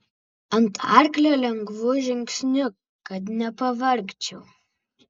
ant arklio lengvu žingsniu kad nepavargčiau